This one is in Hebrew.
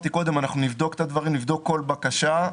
נבדוק את הדברים, נבדוק כל בקשה.